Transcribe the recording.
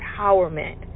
empowerment